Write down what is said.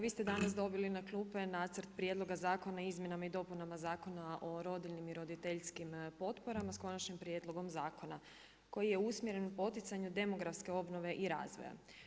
Vi ste danas dobili na klupe nacrt Prijedloga Zakona o izmjenama i dopunama Zakona o rodiljnim i roditeljskim potporama s konačnim prijedlogom zakona koji je usmjeren poticanju demografske obnove i razvoja.